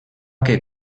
que